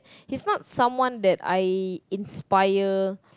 he's not someone that I inspire